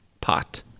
pot